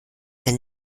wenn